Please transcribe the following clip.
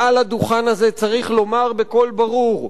מעל הדוכן הזה צריך לומר בקול ברור: